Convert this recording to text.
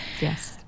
Yes